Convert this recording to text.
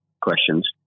questions